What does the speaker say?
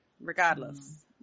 regardless